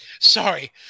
Sorry